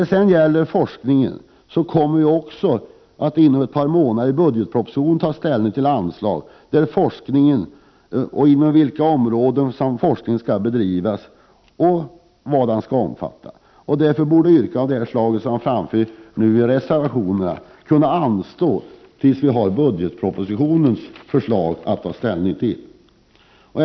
I fråga om forskningen kommer vi i budgetpropositionen om ett par månader att ta ställning till inom vilka områden forskning skall bedrivas och vad denna skall omfatta. Därför bör yrkanden av det slag som framförs i reservationerna kunna anstå tills vi har att ta ställning till budgetpropositionen.